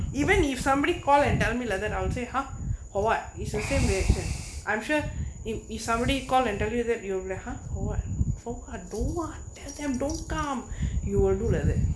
even if somebody call and tell me like that I will say ha how [what] it's the same reaction I'm sure if if somebody call and tell you that you will lah ha for [what] for [what] do [what] tell them don't come you will do like that